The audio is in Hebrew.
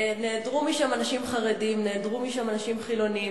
נעדרו משם אנשים חרדים, נעדרו משם אנשים חילונים.